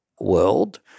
world